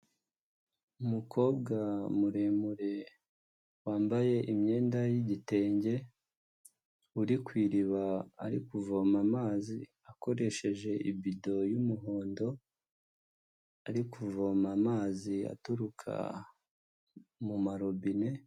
Umukobwa muremure wambaye imyenda y'igitenge, uri ku iriba ari kuvoma amazi akoresheje ibido y'umuhondo, ari kuvoma amazi aturuka mu marobine.